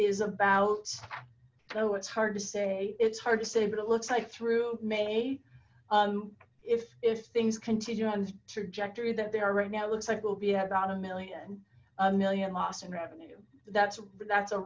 is about oh it's hard to say it's hard to say but it looks like through may um if things continue on the trajectory that they are right now it looks like we'll be about a million a million loss in revenue that's that's a